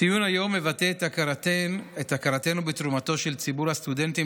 ציון היום מבטא את הכרתנו בתרומתו של ציבור הסטודנטים